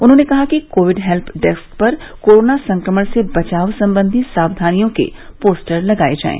उन्होंने कहा कि कोविड हेल्य डेस्क पर कोरोना संक्रमण से बचाव संबंधी सावधानियों के पोस्टर लगाये जाये